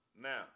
Now